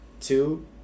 Two